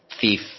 Thief